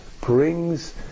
brings